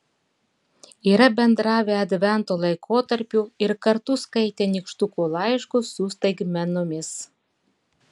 yra bendravę advento laikotarpiu ir kartu skaitę nykštukų laiškus su staigmenomis